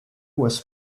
was